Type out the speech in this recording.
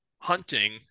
hunting